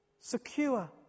secure